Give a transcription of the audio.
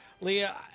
Leah